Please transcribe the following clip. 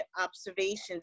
observations